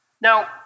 Now